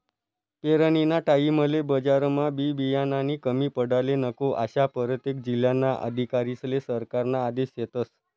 पेरनीना टाईमले बजारमा बी बियानानी कमी पडाले नको, आशा परतेक जिल्हाना अधिकारीस्ले सरकारना आदेश शेतस